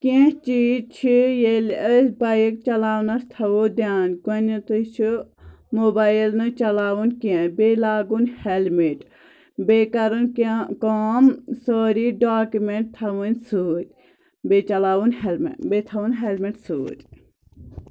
کیٚنٛہہ چیٖز چھِ ییٚلہِ أسۍ بایِک چلاونَس تھاوو دیان گۄڈنٮ۪تھٕے چھُ موبایِل نہٕ چلاوُن کیٚنٛہہ بیٚیہِ لاگُن ہیٚلمِٹ بیٚیہِ کَرُن کیٚنٛہہ کٲم سٲری ڈاکیٛوٗمٮ۪نٛٹ تھاوٕنۍ سۭتۍ بیٚیہِ چلاوُن ہیلمِٹ بیٚیہِ تھاوُن ہیلمِٹ سۭتۍ